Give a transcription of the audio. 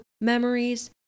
memories